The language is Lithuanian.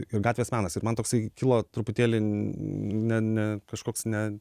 ir gatvės menas ir man toksai kilo truputėlį ne ne kažkoks ne